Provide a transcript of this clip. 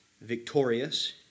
victorious